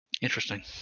Interesting